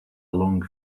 along